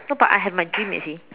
no but I have my dream you see